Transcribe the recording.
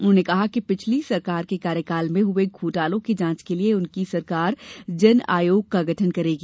उन्होंने कहा कि पिछली सरकार के कार्यकाल में हुए घोटालों की जांच के लिए उनकी सरकार जन आयोग का गठन करेगी